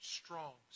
strong